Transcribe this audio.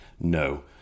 no